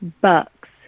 Bucks